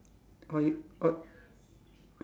oy~ oy~